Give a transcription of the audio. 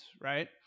right